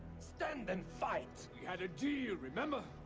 stand and fight! we had a deal, remember?